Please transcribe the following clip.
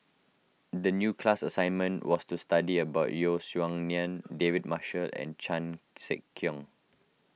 the new class assignment was to study about Yeo Song Nian David Marshall and Chan Sek Keong